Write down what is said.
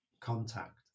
contact